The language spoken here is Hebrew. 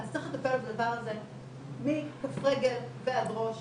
אז צריך לטפל בדבר הזה מכף רגל ועד ראש,